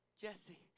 Jesse